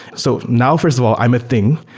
so now, first of all, i'm a thing.